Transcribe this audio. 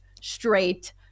straight